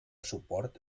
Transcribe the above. suport